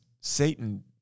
Satan